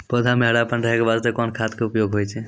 पौधा म हरापन रहै के बास्ते कोन खाद के उपयोग होय छै?